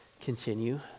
continue